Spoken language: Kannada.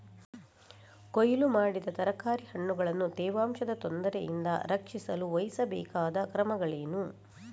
ಕೊಯ್ಲು ಮಾಡಿದ ತರಕಾರಿ ಹಣ್ಣುಗಳನ್ನು ತೇವಾಂಶದ ತೊಂದರೆಯಿಂದ ರಕ್ಷಿಸಲು ವಹಿಸಬೇಕಾದ ಕ್ರಮಗಳೇನು?